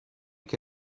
che